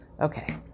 Okay